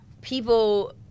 people